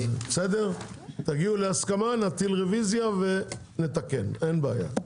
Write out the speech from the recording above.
תגיעו להסכמה, נטיל רוויזיה, ונתקן, אין בעיה.